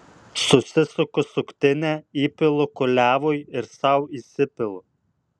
susisuku suktinę įpilu kuliavui ir sau įsipilu